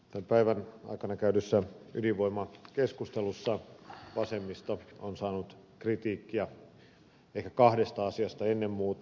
tämän päivän aikana käydyssä ydinvoimakeskustelussa vasemmisto on saanut kritiikkiä ehkä kahdesta asiasta ennen muuta